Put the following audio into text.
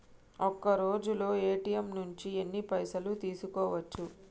ఒక్కరోజులో ఏ.టి.ఎమ్ నుంచి ఎన్ని పైసలు తీసుకోవచ్చు?